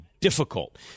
difficult